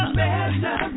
better